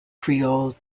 creole